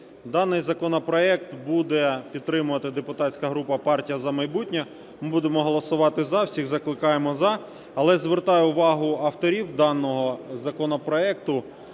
Даний законопроект буде підтримувати депутатська група "Партія "За майбутнє", ми будемо голосувати "за", всіх закликаємо "за". Але звертаю увагу авторів даного законопроекту